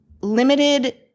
limited